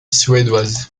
suédoise